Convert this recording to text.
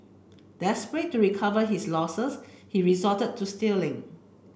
desperate to recover his losses he resorted to stealing